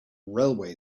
railway